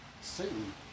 Satan